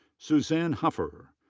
suzanne huffer.